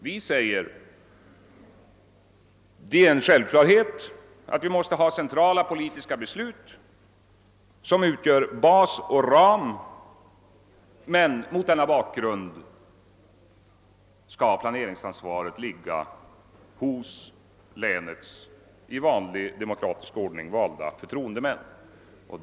Vi säger: Det är en självklarhet att vi skall fatta centrala politiska beslut som utgör basen och ramen, men mot denna bakgrund skall planeringsansvaret ligga hos länets i vanlig demokratisk ordning valda förtroendemän.